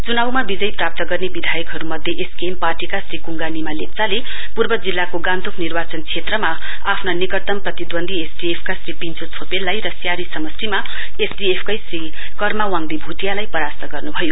च्नाउमा विजय प्राप्त गर्ने निवर्तमान विधायकहरुमध्ये एसकेएम पार्टीका श्री कंगु निमा लेप्चाले पूर्व जिल्लाको गान्तोक निर्वाचन श्रेत्रमा आफ्ना निकतम प्रतिदून्दी एसडिएफ का श्री पिन्छो छोपेललाई र सियारी समस्टिमा एसडिएफ कै कर्मा वाडदी भ्टियालाई परास्त गर्न्भयो